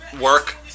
work